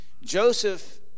Joseph